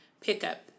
pickup